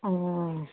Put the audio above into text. ಹ್ಞೂ